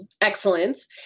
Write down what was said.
excellence